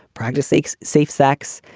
practice, seeks safe sex,